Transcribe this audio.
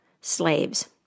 slaves